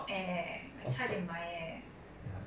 I'm already poor what are you talking about